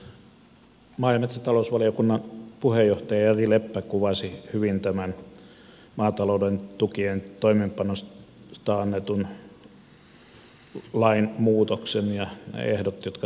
maa ja metsätalousvaliokunnan puheenjohtaja jari leppä kuvasi hyvin tämän maatalouden tukien toimeenpanosta annetun lain muutoksen ja ehdot jotka sitä koskevat